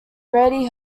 grady